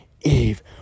Eve